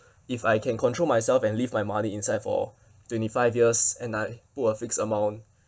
if I can control myself and leave my money inside for twenty five years and I put a fixed amount